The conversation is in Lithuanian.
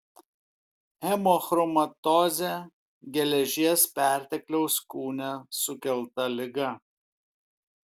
hemochromatozė geležies pertekliaus kūne sukelta liga